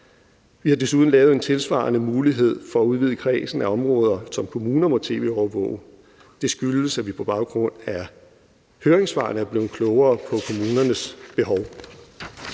Vi har desuden lavet en tilsvarende mulighed for at udvide kredsen af områder, som kommuner må tv-overvåge. Det skyldes, at vi på baggrund af høringssvarene er blevet klogere på kommunernes behov.